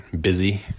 busy